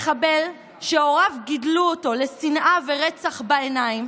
מחבל שהוריו גידלו אותו לשנאה ורצח בעיניים,